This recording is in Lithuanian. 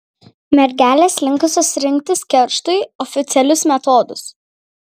mergelės linkusios rinktis kerštui oficialius metodus